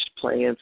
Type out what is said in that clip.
plans